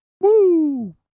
Woo